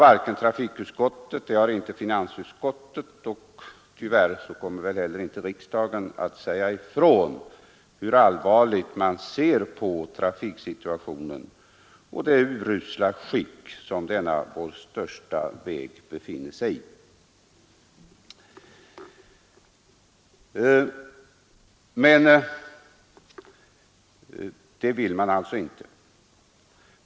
Varken trafikutskottet eller finansutskottet har sagt ifrån — och riksdagen kommer väl tyvärr inte heller att göra det — hur allvarligt man ser på trafiksituationen och det urusla skick som denna vår största väg befinner sig i. Det vill man alltså inte.